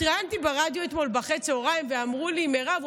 התראיינתי ברדיו אתמול אחרי הצוהריים ואמרו לי: מירב,